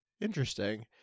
Interesting